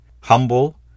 Humble